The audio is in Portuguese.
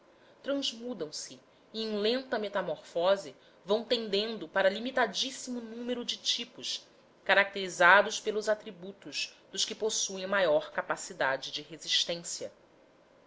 transmudam se e em lenta metamorfose vão tendendo para limitadíssimo número de tipos caracterizados pelos atributos dos que possuem maior capacidade de resistência